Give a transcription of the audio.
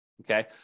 okay